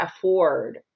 afford